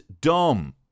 dumb